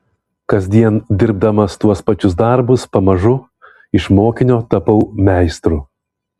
kasdien dirbdamas tuos pačius darbus pamažu iš mokinio tapau meistru